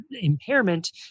impairment